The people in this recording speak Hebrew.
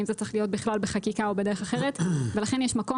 אם זה צריך להיות בכלל בחקיקה או בדרך אחרת ולכן יש מקום